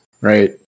right